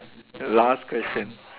last question